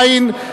אין.